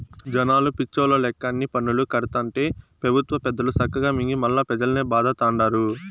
జనాలు పిచ్చోల్ల లెక్క అన్ని పన్నులూ కడతాంటే పెబుత్వ పెద్దలు సక్కగా మింగి మల్లా పెజల్నే బాధతండారు